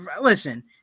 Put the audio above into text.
listen